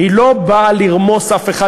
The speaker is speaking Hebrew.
לא באה לרמוס אף אחד.